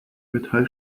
metall